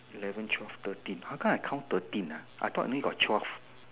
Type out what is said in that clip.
eleven twelve thirteen how come I count thirteen ah I thought only got twelve